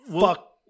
Fuck